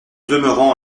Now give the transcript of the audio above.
demeurant